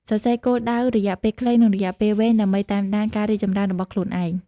សរសេរគោលដៅរយៈពេលខ្លី និងរយៈពេលវែង ដើម្បីតាមដានការរីកចម្រើនរបស់ខ្លួនឯង។